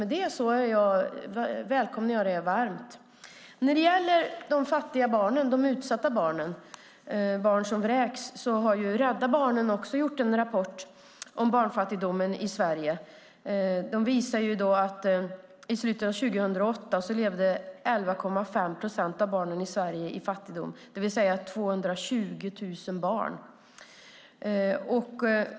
Rädda Barnen har skrivit en rapport om fattiga och utsatta barn som vräks och om barnfattigdomen i Sverige. Rapporten visar att i slutet av 2008 levde 11,5 procent av barnen i Sverige i fattigdom, det vill säga 220 000 barn.